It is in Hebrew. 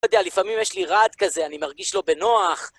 לא יודע, לפעמים יש לי רעד כזה, אני מרגיש לא בנוח.